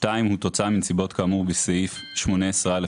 הוא תוצאה מנסיבות כאמור בסעיף 18(א)